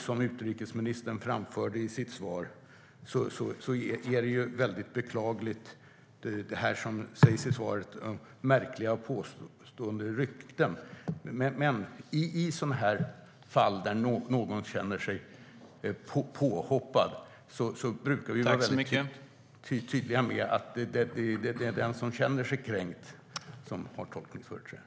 Som utrikesministern framförde i sitt svar är det väldigt beklagligt, som det sägs i svaret, att det finns märkliga påståenden och rykten. I sådana fall där någon känner sig påhoppad brukar vi vara väldigt tydliga med att det är den som känner sig kränkt som har tolkningsföreträde.